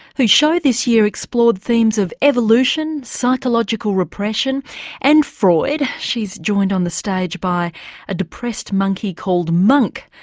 whose show this year explored themes of evolution, psychological repression and freud. she's joined on the stage by a depressed monkey called monk,